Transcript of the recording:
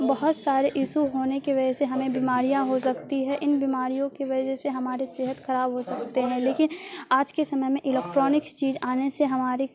بہت سارے ایشو ہونے کی وجہ سے ہمیں بیماریاں ہو سکتی ہے ان بیماریوں کی وجہ سے ہمارے صحت خراب ہو سکتے ہیں لیکن آج کے سمے میں الیکٹرانکس چیز آنے سے ہمارے